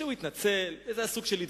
והוא התנצל, זה היה סוג של התבדחות.